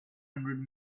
hundred